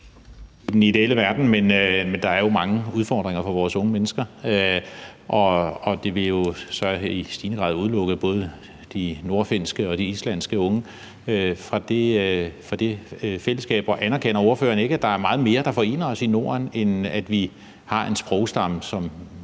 det måske være sådan. Men der er jo mange udfordringer for vores unge mennesker, og det vil så i stigende grad både udelukke de nordfinske og de islandske unge fra det fællesskab. Anerkender ordføreren ikke, at der er meget mere, der forener os i Norden, end at vi har en sprogstamme, som